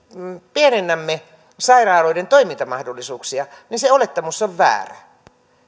pienennämme sairaaloiden toimintamahdollisuuksia se olettamus on väärä